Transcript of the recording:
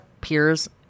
peers